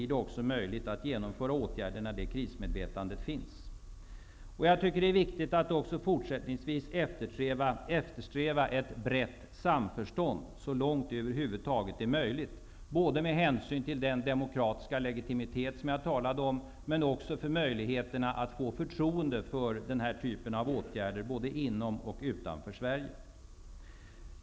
Det blir möjligt att genomföra åtgärder när det krismedvetandet väl finns. Jag tycker att det är viktigt att också fortsättningsvis eftersträva ett brett samförstånd så långt det över huvud taget är möjligt med hänsyn till den demokratiska legitimitet som jag talat om och till möjligheterna att få förtroende för den här typen av åtgärder både i och utanför Sverige.